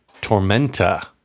Tormenta